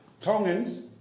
Tongans